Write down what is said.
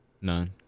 None